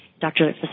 Dr